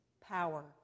power